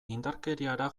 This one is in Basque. indarkeriara